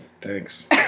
thanks